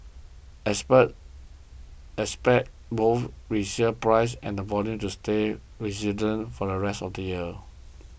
experts expect both resale prices and volume to stay resilient for the rest of the year